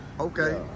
Okay